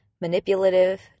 manipulative